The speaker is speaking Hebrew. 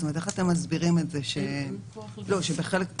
אין סמכות ייחודית.